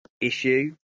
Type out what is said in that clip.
issue